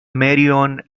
marion